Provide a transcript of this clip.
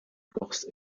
corses